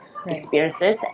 experiences